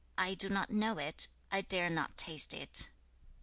i do not know it. i dare not taste it